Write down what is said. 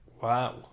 Wow